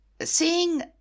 seeing